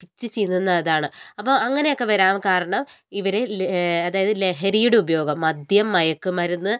പിച്ചിച്ചീന്തുന്നതാണ് അപ്പോൾ അങ്ങനെയൊക്കെ വരാൻ കാരണം ഇവരിൽ അതായത് ലഹരിയുടെ ഉപയോഗം മദ്യം മയക്കുമരുന്ന്